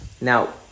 Now